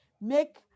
Make